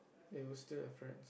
you will still have friends